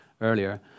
earlier